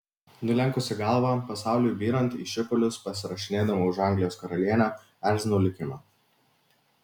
nulenkusi galvą pasauliui byrant į šipulius pasirašinėdama už anglijos karalienę erzinau likimą